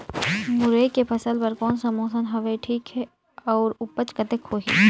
मुरई के फसल बर कोन सा मौसम हवे ठीक हे अउर ऊपज कतेक होही?